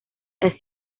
las